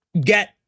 get